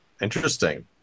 Interesting